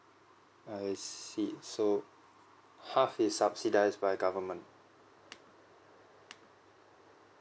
I see so half is subsidised by government